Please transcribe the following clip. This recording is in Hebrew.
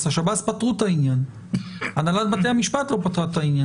אם יהיה לי שקל על כל פעם שאני אומר לכם היא הנותנת או פשיטא,